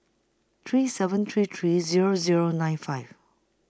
three seven three three Zero Zero nine five